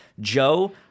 Joe